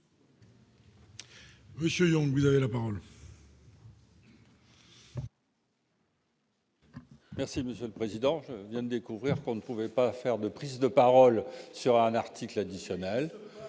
Monsieur, donc vous avez la parole. Merci monsieur le Président, je viens découvrir qu'on ne pouvait pas faire de prise de parole sur un article additionnel,